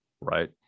Right